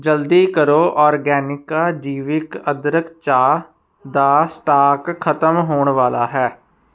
ਜਲਦੀ ਕਰੋ ਓਰਗੈਨਿਕ ਜੀਵਿਕ ਅਦਰਕ ਚਾਹ ਦਾ ਸਟਾਕ ਖਤਮ ਹੋਣ ਵਾਲਾ ਹੈ